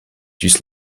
ĝis